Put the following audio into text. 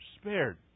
spared